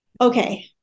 okay